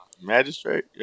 Magistrate